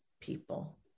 people